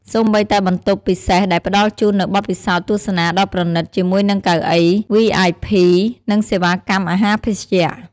សូម្បីតែបន្ទប់ ពិសេស ដែលផ្តល់ជូននូវបទពិសោធន៍ទស្សនាដ៏ប្រណិតជាមួយនឹងកៅអី វីអៃភី និងសេវាកម្មអាហារភេសជ្ជៈ។